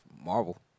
Marvel